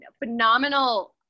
phenomenal